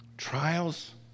Trials